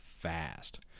fast